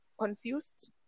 confused